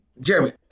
Jeremy